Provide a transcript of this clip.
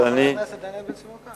אבל חבר הכנסת דניאל בן-סימון כאן.